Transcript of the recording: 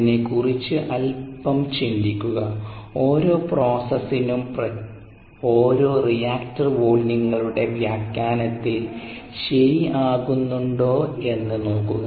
അതിനെക്കുറിച്ച് അൽപ്പം ചിന്തിക്കുക ഓരോ പ്രോസസ്സിനും പ്രക്രിയയും ഓരോ റിയാക്റ്റർ വോള്യങ്ങളുടെ വ്യാഖ്യാനത്തിൽ ശരി ആകുന്നുണ്ടോ എന്ന് നോക്കുക